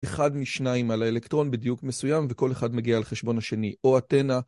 ‫אחד משניים על האלקטרון בדיוק מסוים, ‫וכל אחד מגיע על חשבון השני, או אתנה.